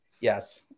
Yes